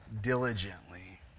diligently